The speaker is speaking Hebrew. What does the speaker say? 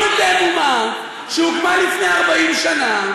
אם אתם אומה שהוקמה לפני 40 שנה,